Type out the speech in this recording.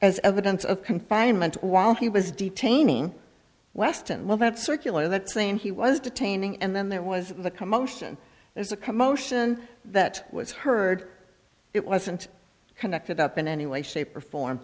as evidence of confinement while he was detaining weston well that circular that saying he was detaining and then there was the commotion there's a commotion that was heard it wasn't connected up in any way shape or form